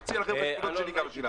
אמציא לכם את החשבונות שלי גם ששילמתי.